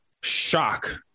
shock